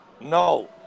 No